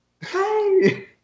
Hey